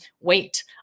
wait